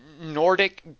nordic